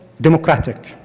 democratic